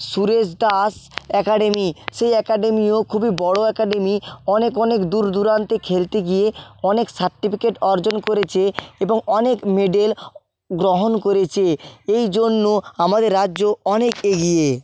Suresh Das academy সেই অ্যাকাডেমিও খুবই বড়ো অ্যাকাডেমি অনেক অনেক দূর দূরান্তে খেলতে গিয়ে অনেক সার্টিফিকেট অর্জন করেছে এবং অনেক মেডেল গ্রহণ করেছে এই জন্য আমাদের রাজ্য অনেক এগিয়ে